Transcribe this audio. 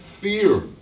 fear